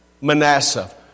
Manasseh